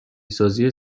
سازی